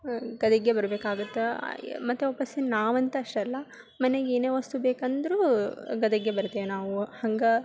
ಗದಗ್ಗೆ ಬರ್ಬೇಕಾಗುತ್ತೆ ಮತ್ತು ವಾಪಸ್ ನಾವಂತು ಅಷ್ಟಲ್ಲ ಮನೆಗೆ ಏನೇ ವಸ್ತು ಬೇಕಂದರೂ ಗದಗ್ಗೆ ಬರ್ತೇವೆ ನಾವು ಹಂಗೆ